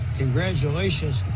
congratulations